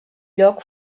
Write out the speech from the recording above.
lloc